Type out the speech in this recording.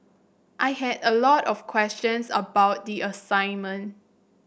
I had a lot of questions about the assignment